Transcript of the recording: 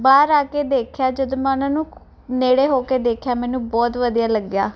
ਬਾਹਰ ਆ ਕੇ ਦੇਖਿਆ ਜਦ ਮੈਂ ਉਹਨਾਂ ਨੂੰ ਨੇੜੇ ਹੋ ਕੇ ਦੇਖਿਆ ਮੈਨੂੰ ਬਹੁਤ ਵਧੀਆ ਲੱਗਿਆ